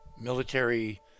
military